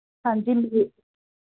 ਹਾਂਜੀ